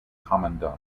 commandant